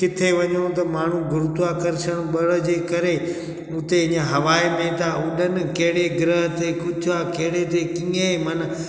किथे वञो त माण्हू गुरुत्वाकर्षण बल जे करे उते जा हवाए में त उडनि कहिड़े ग्रह ते कुझु आहे कहिड़े ते कीअं मना